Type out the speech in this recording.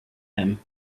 him